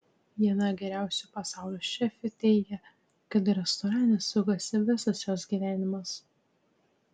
viena geriausių pasaulio šefių teigia kad restorane sukasi visas jos gyvenimas